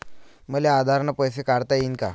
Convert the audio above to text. मले आधार न पैसे काढता येईन का?